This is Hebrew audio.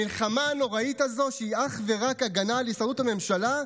המלחמה הנוראית הזאת היא אך ורק הגנה על הישרדות הממשלה,